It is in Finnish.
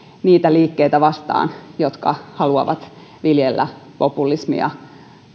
niitä liikkeitä vastaan jotka haluavat viljellä populismia